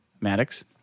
Maddox